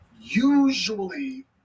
usually